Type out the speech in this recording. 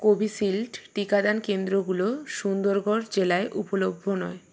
Covishield টিকাদান কেন্দ্রগুলো সুন্দরগড় জেলায় উপলব্ধ নয়